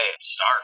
start